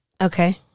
Okay